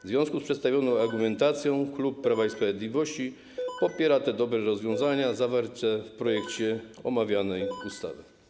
W związku z przedstawioną argumentacją klub Prawa i Sprawiedliwości popiera te dobre rozwiązania zawarte w projekcie omawianej ustawy.